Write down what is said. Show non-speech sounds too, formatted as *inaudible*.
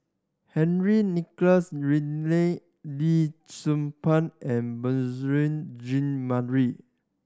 Henry Nicholas Ridley Lee Tzu Pheng and *unintelligible* Jean Marie